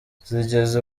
zigeze